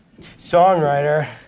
songwriter